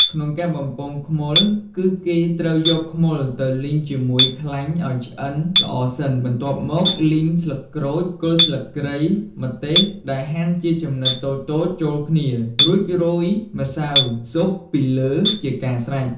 ក្នុងការបំពងខ្មុល គឺគេត្រូវយកខ្មុលទៅលីងជាមួយខ្លាញ់ឱ្យឆ្អិនល្អសិន បន្ទាប់មកលីង ស្លឹកក្រូច គល់ស្លឹកគ្រៃ ម្ទេស ដែលហាន់ជាចំណិតតូចៗចូលគ្នា រួចរោយម្សៅស៊ុបពីលើជាការស្រេច។